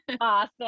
Awesome